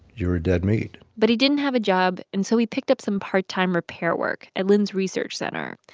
you were dead meat but he didn't have a job, and so he picked up some part-time repair work at lynn's research center.